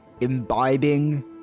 imbibing